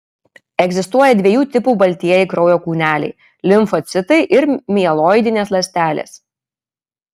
egzistuoja dviejų tipų baltieji kraujo kūneliai limfocitai ir mieloidinės ląstelės